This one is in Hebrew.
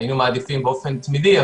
היינו מעדיפים שזה יהיה באופן תמידי,